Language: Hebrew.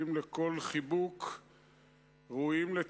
ראויים לכל חיבוק,